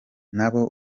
nabo